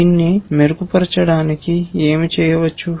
దీన్ని మెరుగుపరచడానికి ఏమి చేయవచ్చు